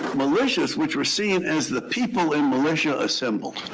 militias, which were seen as the people in militia assemble.